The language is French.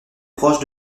proche